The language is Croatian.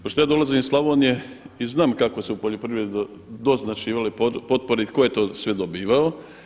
Pošto ja dolazim iz Slavonije i znam kako su se u poljoprivredi doznačivale potpore i tko je to sve dobivalo.